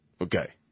Okay